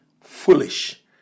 foolish